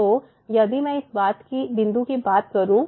तो यदि मैं इस बिंदु की बात करूं